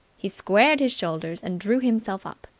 he squared his shoulders and drew himself up.